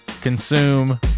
consume